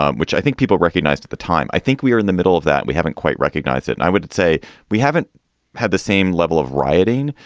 um which i think people recognized at the time. i think we are in the middle of that. we haven't quite recognized it. and i would say we haven't had the same level of rioting.